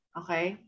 okay